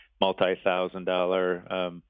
multi-thousand-dollar